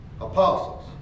apostles